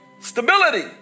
stability